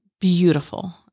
beautiful